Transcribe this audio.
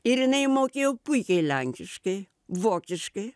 ir jinai mokėjo puikiai lenkiškai vokiškai